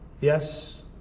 Yes